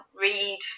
read